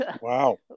Wow